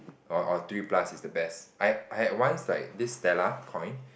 or or three plus is the best I I had once like this stellar coin